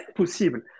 possible